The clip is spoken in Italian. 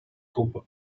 coppa